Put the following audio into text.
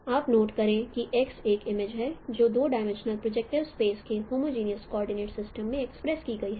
आप नोट करे कि x एक इमेज है जो 2 डिमिंशनल प्रोजेक्टिव स्पेस के होमोजनियस कोऑर्डिनेट सिस्टम में एक्सप्रेस की गई है